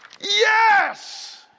yes